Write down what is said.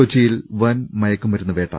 കൊച്ചിയിൽ വൻ മയക്കുമരുന്നുവേട്ട